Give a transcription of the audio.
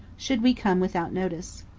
should we come without notice.